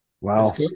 Wow